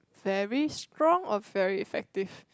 very strong or very effective